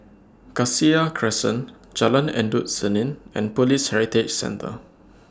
Cassia Crescent Jalan Endut Senin and Police Heritage Centre